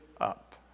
up